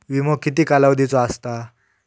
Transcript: विमो किती कालावधीचो असता?